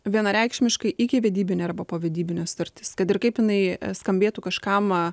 vienareikšmiškai ikivedybinė arba povedybinė sutartis kad ir kaip jinai skambėtų kažkam